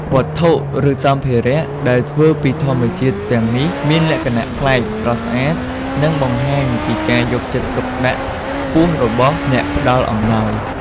វត្ថុ ឬសម្ភារៈដែលធ្វើពីធម្មជាតិទាំងនេះមានលក្ខណៈប្លែក ស្រស់ស្អាត និងបង្ហាញពីការយកចិត្តទុកដាក់ខ្ពស់របស់អ្នកផ្តល់អំណោយ។